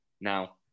now